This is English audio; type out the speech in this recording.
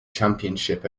championship